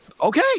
okay